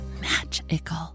magical